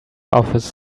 office